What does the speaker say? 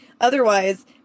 Otherwise